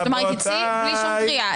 הוא אמר לי: תצאי, בלי שום קריאה.